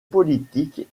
politiques